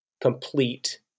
complete